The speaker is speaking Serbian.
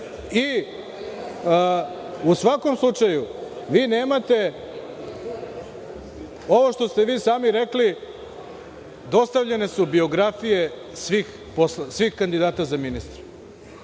U svakom slučaju, vi nemate, ovo što ste vi sami rekli, dostavljene su biografije svih kandidata za ministre.